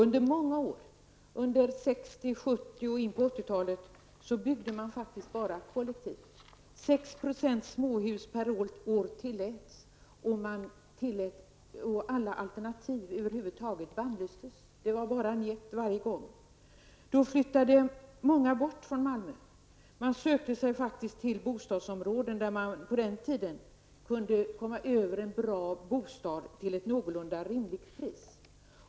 Under många år -- under 60 och 70-talen och in på 80-talet -- byggde man faktiskt bara kollektivt i Malmö. 6 % småhus per år tilläts. Alla alternativ över huvud taget bannlystes. Det var bara njet varje gång. Då flyttade många bort från Malmö. De sökte sig till områden där man på den tiden kunde komma över en bra bostad till ett någorlunda rimligt pris.